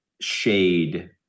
shade